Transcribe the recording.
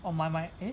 oh my my eh